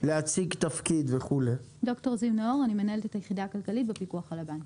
אני מנהלת את היחידה הכלכלית בפיקוח על הבנקים.